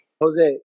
Jose